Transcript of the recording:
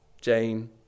Jane